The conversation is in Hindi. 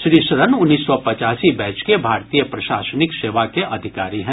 श्री शरण उन्नीस सौ पचासी बैच के भारतीय प्रशासनिक सेवा के अधिकारी हैं